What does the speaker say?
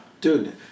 Dude